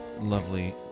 lovely